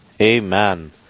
Amen